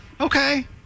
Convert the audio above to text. Okay